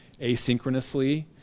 asynchronously